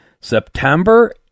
September